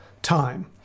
time